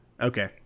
Okay